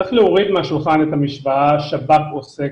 צריך להוריד מהשולחן את המשוואה: השב"כ או סגר.